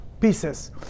pieces